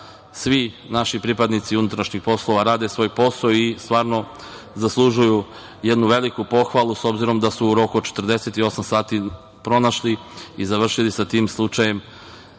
svi naši pripadnici unutrašnjih poslova rade svoj posao i stvarno zaslužuju jednu veliku pohvalu, s obzirom na to da su u roku od 48 sati pronašli i završili sa tim slučajem,